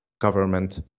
government